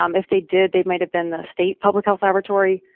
um if they did, they might have been the state public health laboratory.